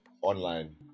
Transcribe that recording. online